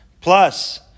plus